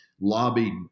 lobbied